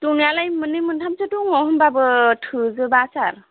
थानायालाय मोननै मोनथामसो दङ होनबाबो थोजोबा सार